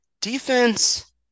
Defense